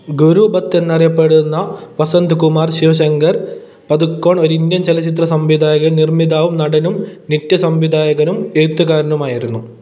ഗുരു ഭത്ത് എന്നറിയപ്പെടുന്ന വസന്ത് കുമാർ ശിവശങ്കർ പദുക്കോൺ ഒരു ഇന്ത്യൻ ചലച്ചിത്ര സംവിധായകനും നിർമ്മാതാവും നടനും നൃത്തസംവിധായകനും എഴുത്തുകാരനുമായിരുന്നു